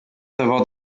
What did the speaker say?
d’avoir